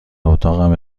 اتاقم